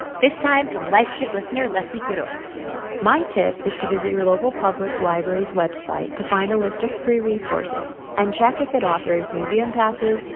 this time from life kit listener leslie quiros my tip is to visit your local public library's website to find a list of free resources and check if it offers museum passes,